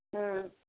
ம்